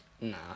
Nah